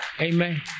Amen